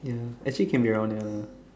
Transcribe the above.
ya actually can be around there lah